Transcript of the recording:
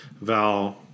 Val